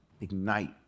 ignite